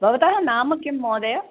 भवतः नाम किं महोदय